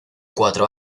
cuatro